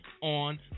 on